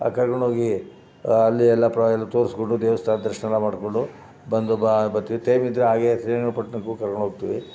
ಹಾಗೆ ಕರ್ಕೊಂಡು ಹೋಗಿ ಅಲ್ಲಿ ಎಲ್ಲ ಎಲ್ಲ ತೋರಿಸ್ಕೊಂಡು ದೇವಸ್ಥಾನ ದರ್ಶನ ಎಲ್ಲ ಮಾಡಿಕೊಂಡು ಬಂದು ಬರ್ತೀವಿ ಟೈಮಿದ್ದರೆ ಹಾಗೆ ಶ್ರೀರಂಗಪಟ್ಟಣಕ್ಕೂ ಕರ್ಕೊಂಡು ಹೋಗ್ತೀವಿ